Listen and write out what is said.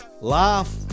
laugh